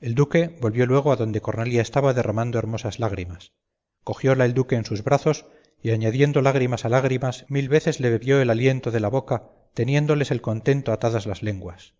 el duque volvió luego a donde cornelia estaba derramando hermosas lágrimas cogióla el duque en sus brazos y añadiendo lágrimas a lágrimas mil veces le bebió el aliento de la boca teniéndoles el contento atadas las lenguas